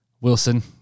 Wilson